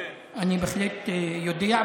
אני בהחלט יודע,